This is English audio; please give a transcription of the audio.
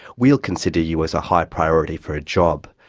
we'll consider you as a high priority for a job,